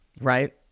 right